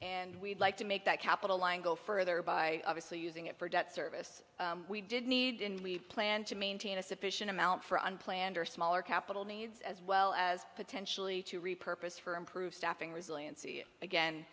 and we'd like to make that capital line go further by obviously using it for debt service we did need and we planned to maintain a sufficient amount for unplanned or smaller capital needs as well as potentially to repurpose for improve